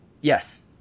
Yes